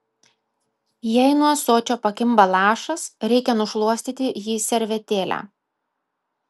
jei nuo ąsočio pakimba lašas reikia nušluostyti jį servetėle